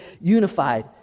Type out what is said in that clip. unified